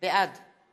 בעד